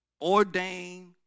ordained